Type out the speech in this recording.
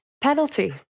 penalty